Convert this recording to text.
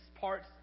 parts